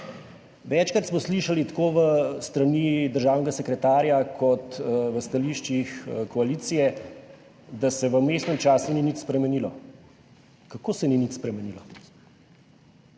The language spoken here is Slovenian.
Večkrat smo slišali tako s strani državnega sekretarja kot v stališčih koalicije, da se v vmesnem času ni nič spremenilo. Kako se ni nič spremenilo?